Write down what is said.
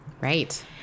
Right